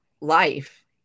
life